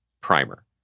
primer